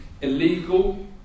illegal